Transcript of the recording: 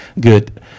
Good